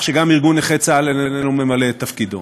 שגם ארגון נכי צה"ל איננו ממלא את תפקידו.